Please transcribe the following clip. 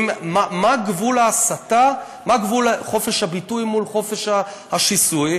מהו גבול חופש הביטוי מול חופש השיסוי.